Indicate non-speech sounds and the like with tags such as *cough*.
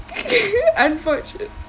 *laughs* unfortun~